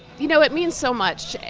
you know it means so much.